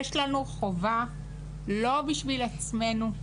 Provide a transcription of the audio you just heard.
יש לנו חובה לא בשביל עצמנו,